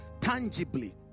tangibly